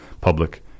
public